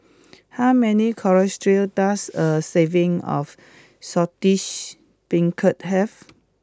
how many color does a serving of Saltish Beancurd have